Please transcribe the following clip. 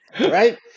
Right